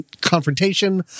confrontation